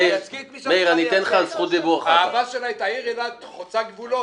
אהבה שלה את העיר אילת חוצה גבולות.